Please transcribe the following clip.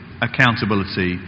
accountability